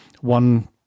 one